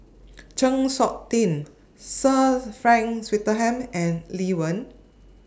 Chng Seok Tin Sir Frank Swettenham and Lee Wen